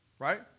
Right